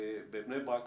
בבני ברק,